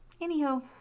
Anyhow